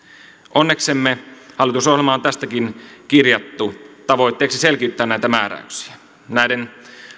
onneksemme hallitusohjelmaan on tästäkin kirjattu tavoitteeksi selkiyttää näitä määräyksiä näiden